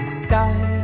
sky